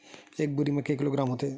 एक बोरी म के किलोग्राम होथे?